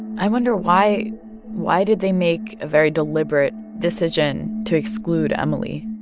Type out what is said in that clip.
i wonder why why did they make a very deliberate decision to exclude emily?